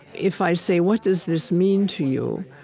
if i say, what does this mean to you?